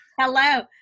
Hello